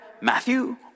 Matthew